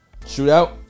Shootout